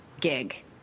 gig